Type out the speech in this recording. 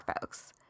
folks